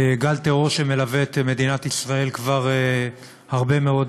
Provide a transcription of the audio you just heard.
גל טרור שמלווה את מדינת ישראל כבר הרבה מאוד